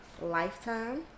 lifetime